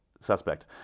suspect